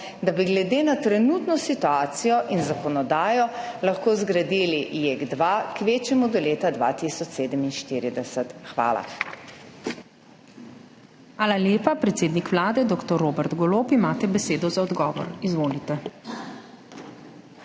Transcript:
da bi glede na trenutno situacijo in zakonodajo lahko zgradili JEK 2 kvečjemu do leta 2047. Hvala.